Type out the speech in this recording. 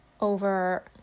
over